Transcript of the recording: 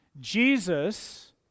Jesus